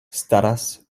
staras